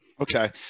Okay